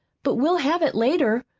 but we'll have it later.